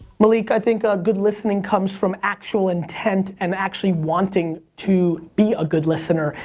malik, i think ah good listening comes from actual intent and actually wanting to be a good listener.